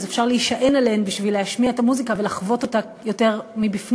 אפשר להישען עליהן בשביל להשמיע את המוזיקה ולחוות אותה יותר מבפנים,